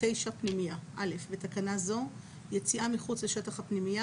"פנימייה 9. בתקנה זו- "יציאה מחוץ לשטח הפנימייה"